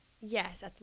Yes